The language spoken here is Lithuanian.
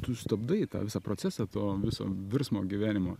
tu stabdai tą visą procesą to viso virsmo gyvenimo